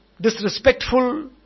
disrespectful